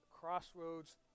crossroads